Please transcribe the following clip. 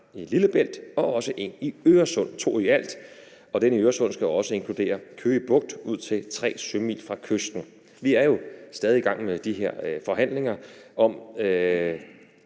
naturnationalparker i alt, og at den i Øresund også skal inkludere Køge Bugt ud til tre sømil fra kysten. Vi er jo stadig i gang med de her forhandlinger om